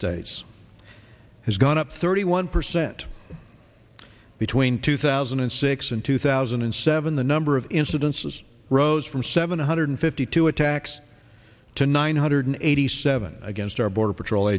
states has gone up thirty one percent between two thousand and six and two thousand and seven the number of incidences rose from seven hundred fifty two attacks to nine hundred eighty seven against our border patrol